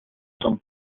son